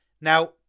Now